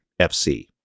FC